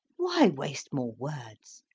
why waste more words?